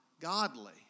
godly